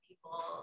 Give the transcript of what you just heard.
people